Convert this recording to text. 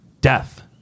death